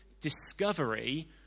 discovery